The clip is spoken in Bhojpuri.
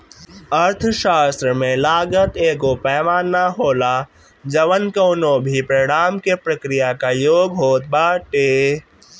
अर्थशास्त्र में लागत एगो पैमाना होला जवन कवनो भी परिणाम के प्रक्रिया कअ योग होत बाटे